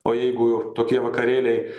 o jeigu tokie vakarėliai